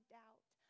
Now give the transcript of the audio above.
doubt